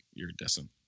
iridescent